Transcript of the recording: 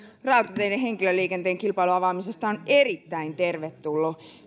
rautateiden henkilöliikenteen kilpailun avaamisesta on erittäin tervetullut